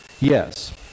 yes